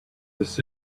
this